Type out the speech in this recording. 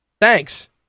Thanks